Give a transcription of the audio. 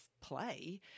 play